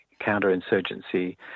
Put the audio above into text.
counterinsurgency